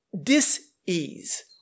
dis-ease